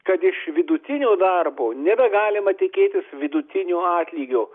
kad iš vidutinio darbo nebegalima tikėtis vidutinio atlygio